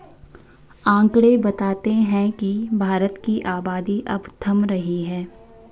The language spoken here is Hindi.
आकंड़े बताते हैं की भारत की आबादी अब थम रही है